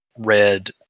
red